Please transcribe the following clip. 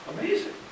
amazing